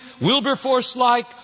Wilberforce-like